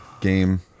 game